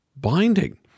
binding